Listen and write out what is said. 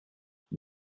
tout